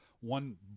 one